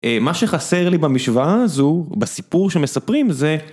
מה שחסר לי במשוואה הזו, בסיפור שמספרים זה...